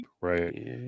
right